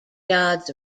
dodds